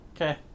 Okay